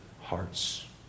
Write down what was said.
hearts